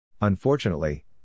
Unfortunately